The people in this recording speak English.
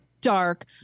dark